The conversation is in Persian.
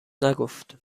نگفت